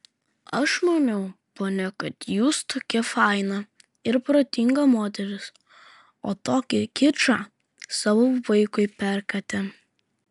aš maniau ponia kad jūs tokia faina ir protinga moteris o tokį kičą savo vaikui perkate